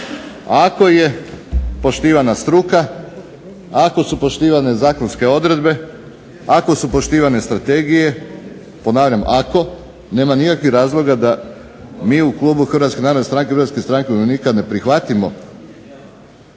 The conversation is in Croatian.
ako je poštivana struke, ako su poštivane zakonske odredbe, ako su poštivane strategije ako, nema nikakvih razloga da mi u Klubu HNS HSU-a ne prihvatimo